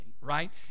right